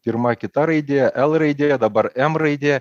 pirma kita raidė l raidė dabar m raidė